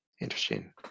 interesting